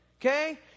okay